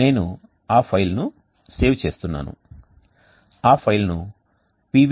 నేను ఆ ఫైల్ను సేవ్ చేస్తున్నాను ఆ ఫైల్ను pv